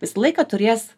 visą laiką turės